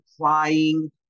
crying